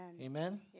Amen